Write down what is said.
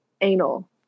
anal